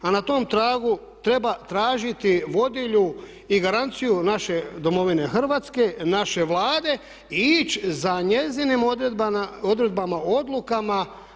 A na tom tragu treba tražiti vodilju i garanciju naše Domovine Hrvatske, naše Vlade i ići za njezinim odredbama, odlukama.